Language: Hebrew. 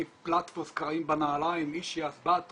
מפלטפוס, קרעים בנעליים, --- בעד תרופה,